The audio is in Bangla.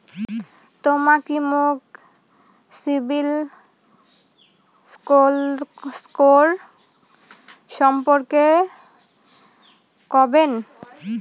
তমা কি মোক সিবিল স্কোর সম্পর্কে কবেন?